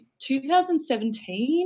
2017